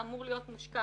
אמור להיות מושקע